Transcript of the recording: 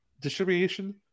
distribution